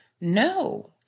No